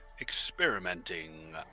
experimenting